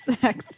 sex